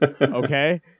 Okay